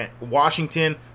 Washington